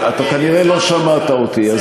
אתה כנראה לא שמעת אותי.